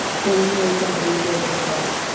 so we knew somebody did live there.